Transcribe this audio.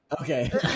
Okay